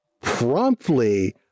promptly